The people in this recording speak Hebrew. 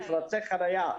מפרצי חניה.